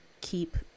keep